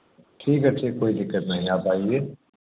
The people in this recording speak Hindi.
ठीक है ठीक कोई दिक्कत नहीं आप आईए